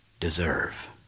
deserve